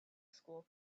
school